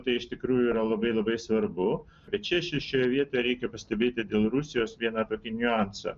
tai iš tikrųjų yra labai labai svarbu tai čia šioje vietoje reikia pastebėti dėl rusijos vieną tokį niuansą